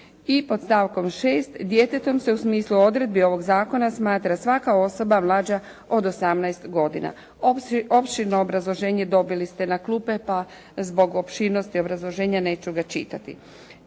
I pod stavkom 6. Djetetom se u smislu odredbi ovog zakona smatra svaka osoba mlađa od 18 godina. Opširno obrazloženje dobili ste na klupe pa zbog opširnosti obrazloženja neću ga čitati.